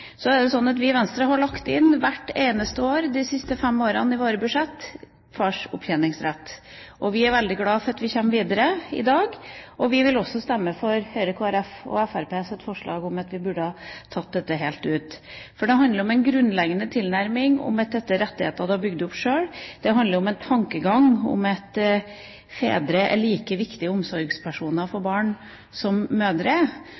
Så er det slik at vi i Venstre hvert eneste år de siste fem årene har lagt inn fars opptjeningsrett i våre budsjetter. Vi er veldig glad for at vi kommer videre i dag. Vi vil også stemme for Høyre, Kristelig Folkeparti og Fremskrittspartiets forslag om at vi burde tatt dette helt ut. Det handler om en grunnleggende tilnærming til at dette er rettigheter du har bygd opp sjøl. Det handler om en tankegang om at fedre er like viktige omsorgspersoner for barn som mødre